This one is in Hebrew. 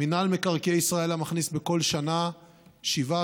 מינהל מקרקעי ישראל היה מכניס בכל שנה 7,